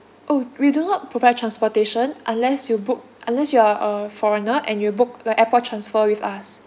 oh we do not provide transportation unless you book unless you are a foreigner and you book the airport transfer with us